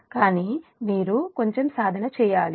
కానీ మీరు కొంచెం సాధన చేయాలి